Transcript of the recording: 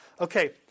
okay